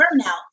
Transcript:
burnout